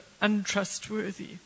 untrustworthy